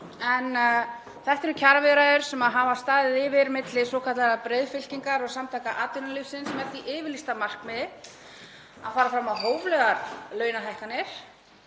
en þetta eru kjaraviðræður sem hafa staðið yfir milli svokallaðrar breiðfylkingar og Samtaka atvinnulífsins með því yfirlýsta markmiði að fara fram á hóflegar launahækkanir